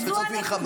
יש תקופת מלחמה,